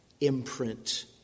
imprint